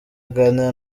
aganira